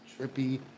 trippy